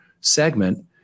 segment